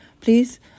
Please